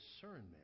discernment